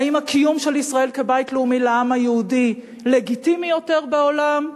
האם הקיום של ישראל כבית לאומי לעם היהודי לגיטימי יותר בעולם?